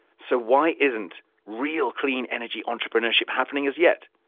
so why isn't real clean energy entrepreneurship happening as yet?